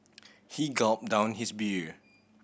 he gulped down his beer